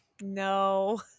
No